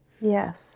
Yes